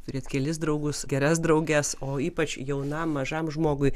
turėti kelis draugus geras drauges o ypač jaunam mažam žmogui